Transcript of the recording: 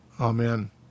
Amen